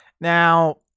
Now